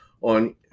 on